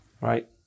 Right